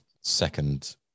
second